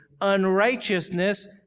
unrighteousness